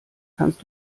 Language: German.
kannst